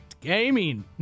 gaming